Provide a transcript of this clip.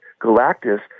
Galactus